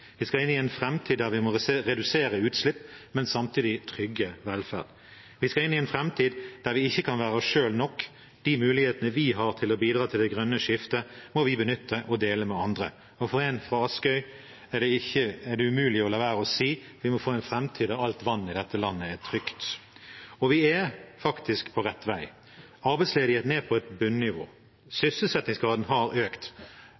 Vi skal inn i en framtid der vi må redusere utslippene, men samtidig trygge velferden. Vi skal inn i en framtid der vi ikke kan være oss selv nok. De mulighetene vi har til å bidra til det grønne skiftet, må vi benytte og dele med andre. Og for en fra Askøy er det umulig å la være å si: Vi må få en framtid der alt vann i dette landet er trygt. Vi er faktisk på rett vei. Arbeidsledigheten er på et bunnivå. Sysselsettingsgraden har økt.